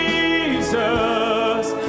Jesus